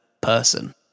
person